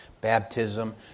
baptism